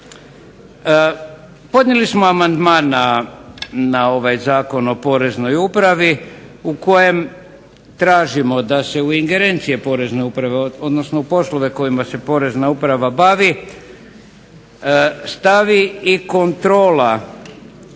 Podnijeli smo amandman na ovaj Zakon o Poreznoj upravi u kojem tražimo da se ingerencije Porezne uprave odnosno poslove kojima se Porezna uprava bavi stavi i kontrola